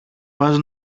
πας